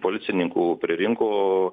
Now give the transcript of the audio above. policininkų pririnko